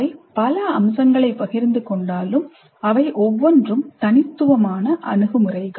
அவை பல அம்சங்களைப் பகிர்ந்து கொண்டாலும் அவை ஒவ்வொன்றும் தனித்துவமான அணுகுமுறைகள்